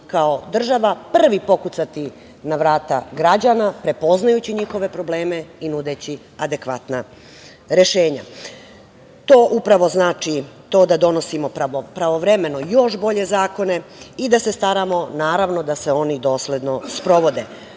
kao država prvi pokucati na vrata građana, prepoznajući njihove probleme i nudeći adekvatna rešenja. To upravo znači da donosimo pravovremeno još bolje zakone i da se staramo, naravno, da se oni dosledno sprovode,